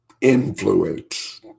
influence